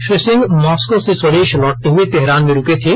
Shri Singh Moscow से स्वदेश लौटते हुए तेहरान में रूके थे